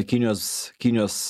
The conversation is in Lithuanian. kinijos kinijos